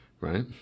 right